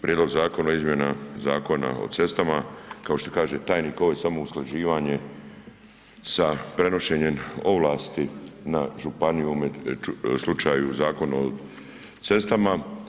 Prijedlog zakona o izmjenama Zakona o cestama kao što kaže tajnik ovo je samo usklađivanje sa prenošenjem ovlasti na županiju u slučaju Zakona o cestama.